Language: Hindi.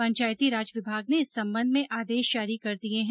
पंचायती राज विभाग ने इस संबंध में आदेश जारी कर दिये है